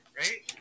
right